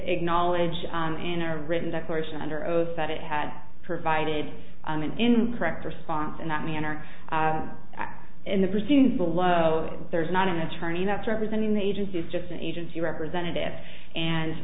acknowledge in a written declaration under oath that it had provided an incorrect response in that manner in the proceedings below there's not an attorney that's representing the agency is just an agency representative and